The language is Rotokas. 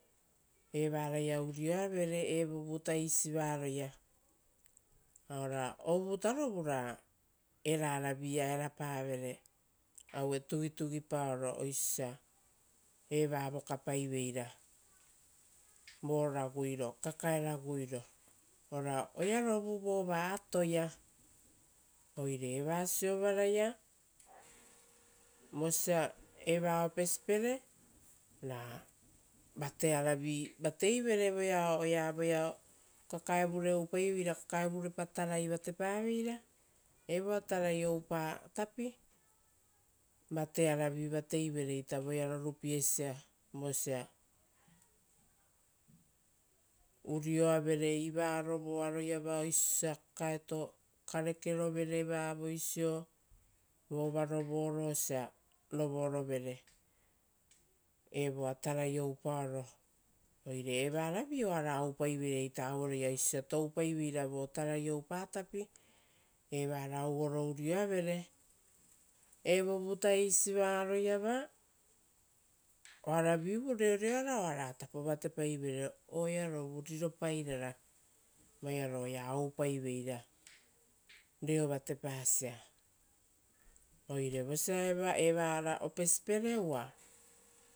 Evaraia uria vere evuvu tais varoaia. Ora ovutarovu ra eraravi-ia erapa vere aue tugitugipaoro osio osia eva. Vokapaiveira vo raguiro kakae raguiro oearovu vova atoia. Oire eva siovaraia vosa eva opesipere ra vatearavi vateivere voea oea kakavurepa tarai vatepaveira vo tarai oupa tapi. Vatearavi-ita vateivere voea rorupiesia vosa urioavere ivarovoaroiava oisio osia kakaeto karekerovere, vova rovoro osia rovorovere tarai oupaoro. Oire evaravi oara oupaiveira oisio osia toupaiveira vo tarai oupa tapi, uva evara ouoro urioavere. Evo vuta isivaroiava, oara vivu reoreo ara oara tapo vateoaivere oearovu riropairara. Voearo oea oupaiveira reo vatepasia. Oire evara opesipere uva